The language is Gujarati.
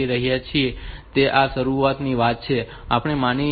તેથી આ તે શરૂઆતની વાત છે જે આપણે માની લઈએ છીએ